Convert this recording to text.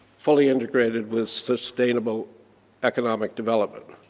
fully integrated with sustainable economic development.